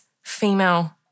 female